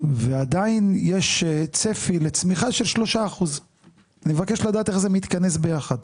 ועדיין יש צפי לצמיחה של 3%. אני מבקש לדעת איך זה מתכנס ביחד.